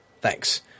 Thanks